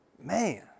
man